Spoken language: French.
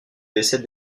décès